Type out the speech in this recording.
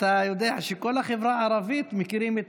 אתה יודע שכל החברה הערבית מכירים את